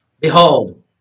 Behold